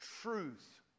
truth